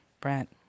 Brent